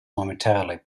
momentarily